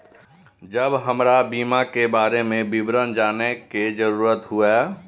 जब हमरा बीमा के बारे में विवरण जाने के जरूरत हुए?